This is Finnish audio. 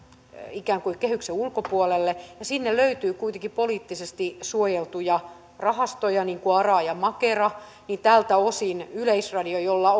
ikään kuin kehyksen ulkopuolelle ja sinne löytyy kuitenkin poliittisesti suojeltuja rahastoja niin kuin ara ja makera niin tältä osin yleisradio jolla